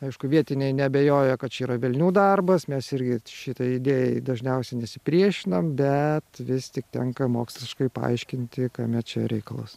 aišku vietiniai neabejoja kad čia yra velnių darbas mes irgi šitai idėjai dažniausiai nesipriešinam bet vis tik tenka moksliškai paaiškinti kame čia reikalas